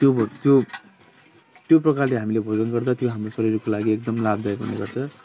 त्यो त्यो त्यो प्रकारले हामीले भोजन गर्दा त्यो हाम्रो शरीरको लागि एकदम लाभदायक हुनेगर्छ